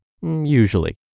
usually